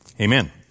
amen